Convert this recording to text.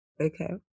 Okay